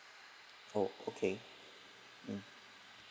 oh okay mm